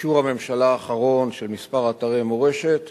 באישור הממשלה האחרון של כמה אתרי מורשת